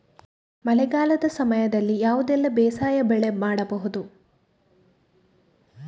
ಮಳೆಗಾಲದ ಸಮಯದಲ್ಲಿ ಯಾವುದೆಲ್ಲ ಬೇಸಾಯ ಬೆಳೆ ಮಾಡಬಹುದು?